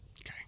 Okay